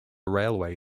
railway